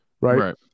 right